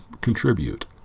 contribute